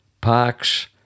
Parks